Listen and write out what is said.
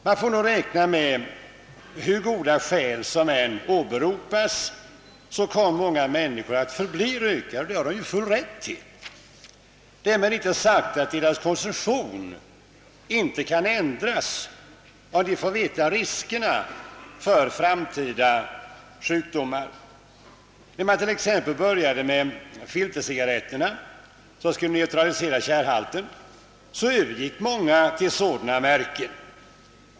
Man får nog räkna med att hur många goda skäl som än åberopas, så kommer många människor att förbli rökare, och det har de naturligtvis rätt till. Därmed är dock inte sagt att deras konsumtion inte kan ändras, om de får veta riskerna för framtida sjukdomar. När man t.ex. började med filtercigarretterna, som skulle neutralisera tjärhalten, övergick många människor till sådana märken.